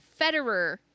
Federer